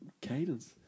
cadence